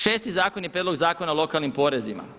Šesti zakon je Prijedlog zakona o lokalnim porezima.